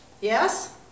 Yes